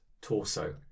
torso